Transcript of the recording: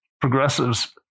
progressives